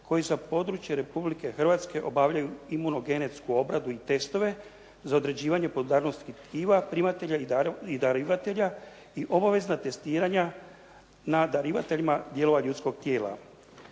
koji za područje Republike Hrvatske obavljaju imunogenetsku obradu i testove za određivanje podudarnosti tkiva, primatelja i darivatelja i obavezna testiranja na darivateljima dijelova ljudskog tijela.